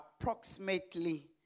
approximately